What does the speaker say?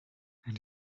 and